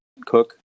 cook